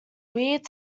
weird